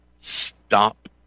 stop